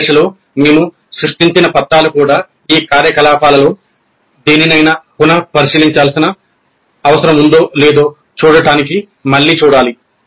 ఈ దశలో మేము సృష్టించిన పత్రాలు కూడా ఈ కార్యకలాపాలలో దేనినైనా పునః పరిశీలించాల్సిన అవసరం ఉందో లేదో చూడటానికి మళ్ళీ చూడాలి